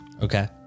Okay